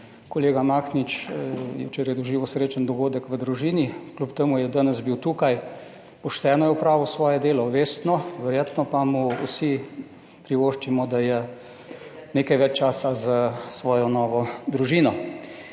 Kolega Mahnič je včeraj doživel srečen dogodek v družini, kljub temu je danes bil tukaj, pošteno je opravil svoje delo, vestno, verjetno pa mu vsi privoščimo, da je nekaj več časa z svojo novo družino.